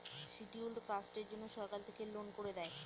scheduled কাস্টের জন্য সরকার থেকে লোন করে দেয়